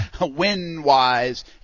win-wise